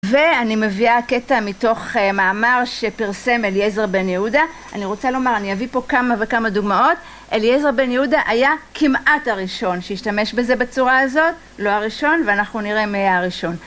ואני מביאה קטע מתוך מאמר שפרסם אליעזר בן יהודה אני רוצה לומר, אני אביא פה כמה וכמה דוגמאות אליעזר בן יהודה היה כמעט הראשון שהשתמש בזה בצורה הזאת לא הראשון, ואנחנו נראה מי היה הראשון